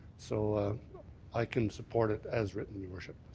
so i can support it as written, your worship.